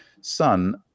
son